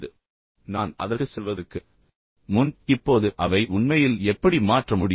ஆனால் நான் அதற்குச் செல்வதற்கு முன் இப்போது அவை உண்மையில் எப்படி மாற்ற முடியும்